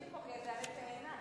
או שמשתמשים בו כאיזה עלה תאנה.